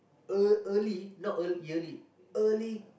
uh early not early yearly early